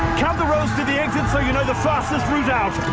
count the rows to the exit so you know the fastest route out!